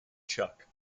chuck